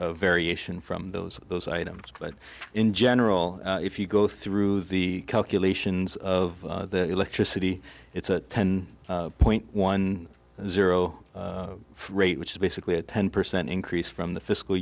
of variation from those those items but in general if you go through the calculations of electricity it's a ten point one zero rate which is basically a ten percent increase from the fiscal